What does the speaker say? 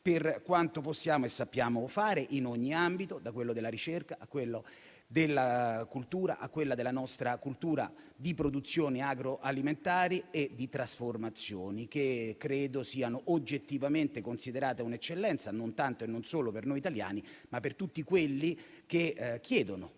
per quanto possiamo e sappiamo fare in ogni ambito, da quello della ricerca a quello della nostra cultura di produzione agroalimentare e di trasformazione, che credo siano oggettivamente considerate una eccellenza, non tanto e non solo da noi italiani ma da tutti coloro che chiedono